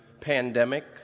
pandemic